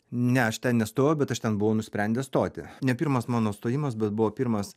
ne aš ten nestojau bet aš ten buvau nusprendęs stoti ne pirmas mano stojimas bet buvo pirmas